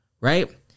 Right